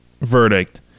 verdict